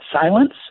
Silence